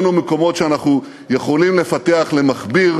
יש לנו מקומות שאנחנו יכולים לפתח למכביר